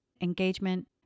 engagement